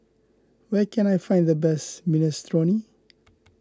where can I find the best Minestrone